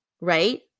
Right